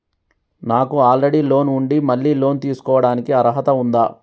నాకు already loan ఉండి మళ్ళీ లోన్ తీసుకోవడానికి అర్హత ఉందా?